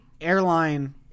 airline